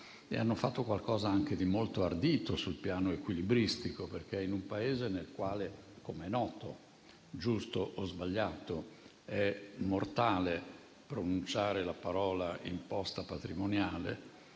Hanno fatto qualcosa di molto ardito anche sul piano equilibristico, perché in un Paese nel quale, come è noto (giusto o sbagliato), è mortale pronunciare la parola "imposta patrimoniale",